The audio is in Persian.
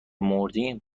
مردیم